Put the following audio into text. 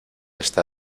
está